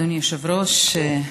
אדוני היושב-ראש,